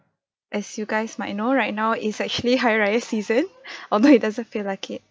as you guys might you know right now is actually hari raya season although it doesn't feel like it